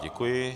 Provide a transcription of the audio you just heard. Děkuji.